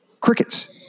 crickets